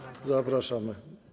Zapraszamy.